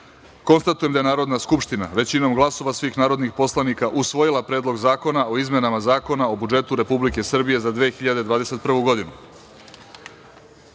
182.Konstatujem da je Narodna skupština većinom glasova svih narodnih poslanika usvojila Predlog zakona o izmenama Zakona o budžetu Republike Srbije za 2021. godinu. Sada